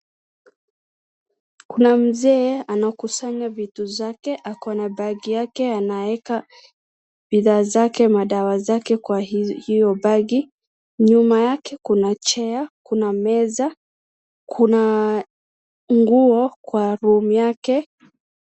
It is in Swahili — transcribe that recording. Kuna mzee anakusanya vitu zake ako na bag yake anaeka bidhaa zake, madawa zake kwa hiyo bagi nyuma yake kuna chair , kuna meza, kuna nguo kwa room yake.